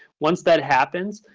once that happens,